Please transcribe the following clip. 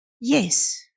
Yes